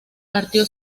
partió